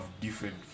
different